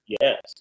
Yes